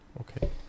Okay